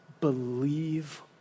believe